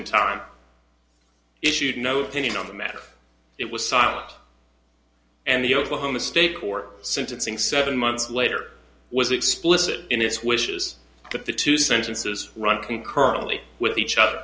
in time issued no opinion on the matter it was silent and the oklahoma state court sentencing seven months later was explicit in its wishes that the two sentences run concurrently with each other